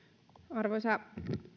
arvoisa